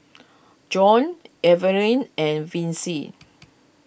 Joann Eveline and Vicy